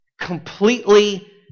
completely